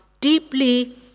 deeply